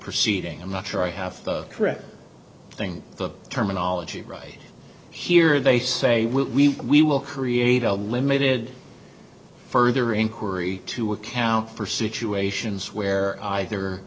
proceeding i'm not sure i have the correct thing the terminology right here they say we we will create a limited further inquiry to account for situations